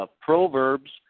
Proverbs